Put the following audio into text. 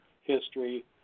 history